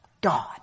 God